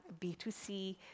B2C